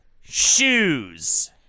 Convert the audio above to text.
Shoes